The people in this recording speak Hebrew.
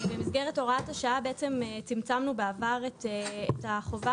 במסגרת הוראת השעה צמצמנו בעבר את החובה